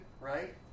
right